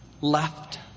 left